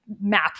map